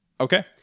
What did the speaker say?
Okay